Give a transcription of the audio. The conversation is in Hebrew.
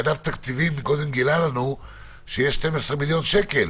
אגף תקציבים קודם גילה לנו שיש 12 מיליון שקלים